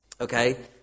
Okay